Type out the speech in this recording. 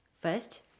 First